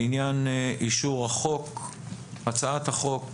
הצבעה אושר הצעת החוק אושרה.